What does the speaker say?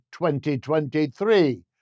2023